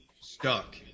stuck